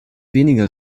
weniger